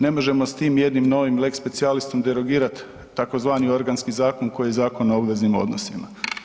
Ne možemo s tim jednim novim lex specialisom derogirat tzv. organski zakon koji je Zakon o obveznim odnosima.